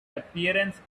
appearance